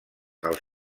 els